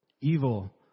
Evil